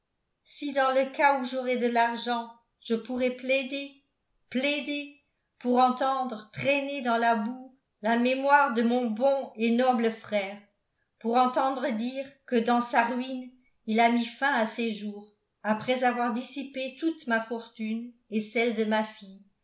si dans le cas où j'aurais de l'argent je pourrais plaider plaider pour entendre traîner dans la boue la mémoire de mon bon et noble frère pour entendre dire que dans sa ruine il a mis fin à ses jours après avoir dissipé toute ma fortune et celle de ma fille